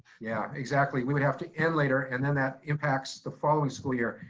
yeah, exactly. we would have to end later, and then that impacts the following school year.